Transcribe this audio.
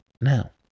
Now